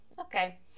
Okay